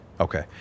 Okay